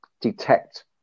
detect